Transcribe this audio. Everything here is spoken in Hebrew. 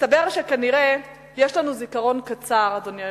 מסתבר שיש לנו זיכרון קצר, אדוני היושב-ראש,